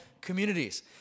communities